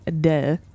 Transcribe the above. duh